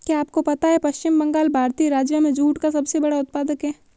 क्या आपको पता है पश्चिम बंगाल भारतीय राज्यों में जूट का सबसे बड़ा उत्पादक है?